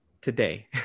today